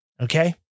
Okay